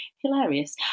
hilarious